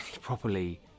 properly